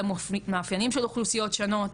למאפיינים של אוכלוסיות שונות,